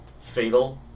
fatal